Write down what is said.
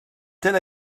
telle